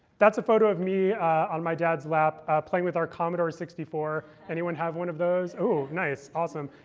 that's a photo of me on my dad's lap, playing with our commodore sixty four. anyone have one of those? ooh, nice. awesome.